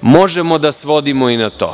Možemo da svodimo i na to,